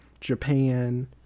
Japan